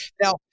Now